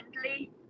friendly